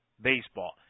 baseball